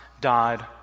died